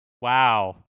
Wow